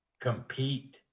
compete